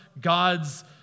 God's